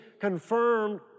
confirmed